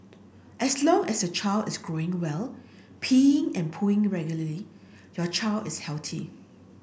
as long as your child is growing well peeing and pooing regularly your child is